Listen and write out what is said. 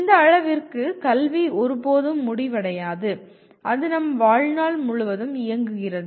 இந்த அளவிற்கு கல்வி ஒருபோதும் முடிவடையாது அது நம் வாழ்நாள் முழுவதும் இயங்குகிறது